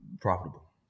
Profitable